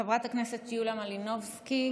חברת הכנסת יוליה מלינובסקי,